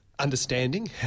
Understanding